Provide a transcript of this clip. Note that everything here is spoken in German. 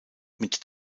mit